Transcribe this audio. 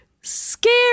scary